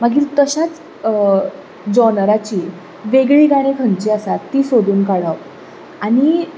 मागीर तश्याच जॉनराची वेगळीं गाणी खंयचीं आसात तीं सोदून काडप आनी